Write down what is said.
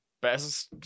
best